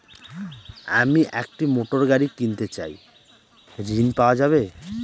আমি একটি মোটরগাড়ি কিনতে চাই ঝণ পাওয়া যাবে?